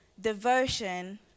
devotion